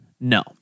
No